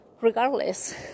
regardless